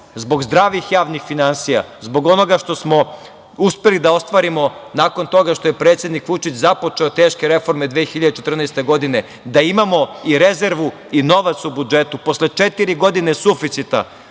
zbog zdravih javnih finansija, zbog onoga što smo uspeli da ostvarimo nakon toga što je predsednik Vučić započeo teške reforme 2014. godine, da imamo i rezervu i novac u budžetu, posle četiri godine suficita